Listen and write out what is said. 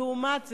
לעומת זה,